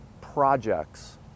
projects